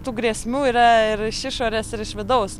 tų grėsmių yra ir iš išorės ir iš vidaus